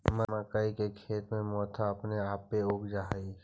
मक्कइ के खेत में मोथा अपने आपे उग जा हई